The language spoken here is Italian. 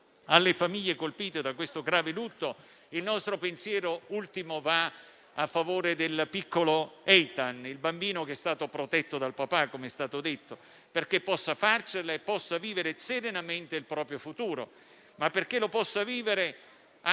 alle famiglie colpite da questo grave lutto, il nostro pensiero ultimo va a favore del piccolo Eitan, il bambino che è stato protetto dal papà, come è stato detto, perché possa farcela e posso vivere serenamente il proprio futuro. Ma perché lo possa vivere, ha